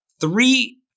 three